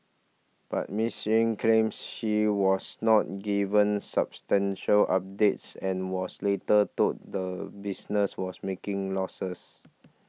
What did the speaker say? but Miss Yen claims she was not given substantial updates and was later told the business was making losses